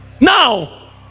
Now